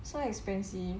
so expensive